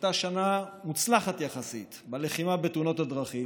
שהייתה שנה מוצלחת יחסית בלחימה בתאונות הדרכים,